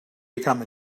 become